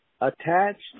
attached